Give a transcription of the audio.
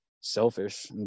selfish